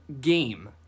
game